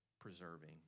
preserving